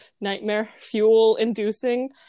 nightmare-fuel-inducing